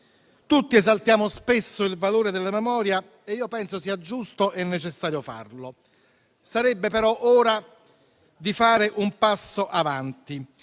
Tutti esaltiamo spesso il valore della memoria e io penso sia giusto e necessario farlo. Sarebbe però ora di fare un passo avanti